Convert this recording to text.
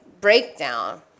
breakdown